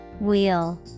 Wheel